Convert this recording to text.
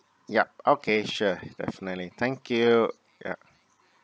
yup okay sure definitely thank you ya